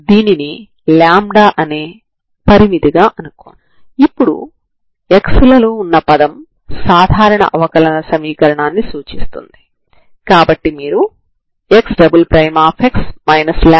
దీనికి మీరు d'Alembert పరిష్కారాన్ని కలిగి వున్నారు కాబట్టి u1xt డి' ఆలెంబెర్ట్ పరిష్కారం అవుతుంది